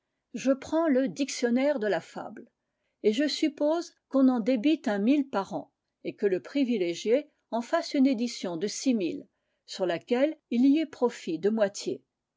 je prends le dictionnaire de la fable et je suppose qu'on en débite un mille par an et que le privilégié en fasse une édition de six mille sur laquelle il y ait profit de moitié